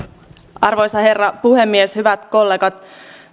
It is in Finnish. arvoisa herra puhemies hyvät kollegat